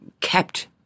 kept